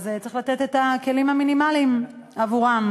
צריך לתת את הכלים המינימליים עבורם: